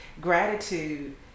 gratitude